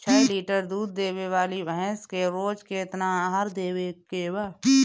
छह लीटर दूध देवे वाली भैंस के रोज केतना आहार देवे के बा?